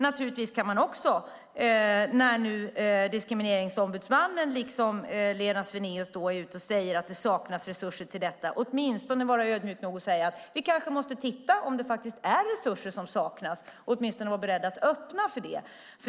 Naturligtvis borde man också, när nu Diskrimineringsombudsmannen liksom Lena Svenaeus är ute och säger att det saknas resurser till detta, kunna vara ödmjuk nog att säga att man kanske måste titta om det faktiskt saknas resurser, eller åtminstone vara beredd att öppna för det.